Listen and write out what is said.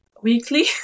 Weekly